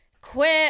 quit